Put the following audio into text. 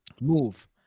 move